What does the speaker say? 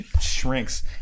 shrinks